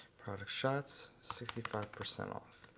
product shots, sixty five percent off.